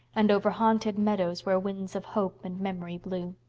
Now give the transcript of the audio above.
and over haunted meadows where winds of hope and memory blew.